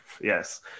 Yes